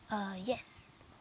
uh yes